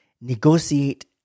negotiate